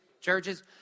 churches